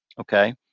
okay